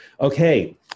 Okay